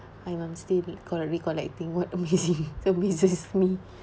I I'm still col~ recollecting what amazing amazes me